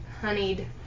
honeyed